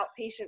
outpatient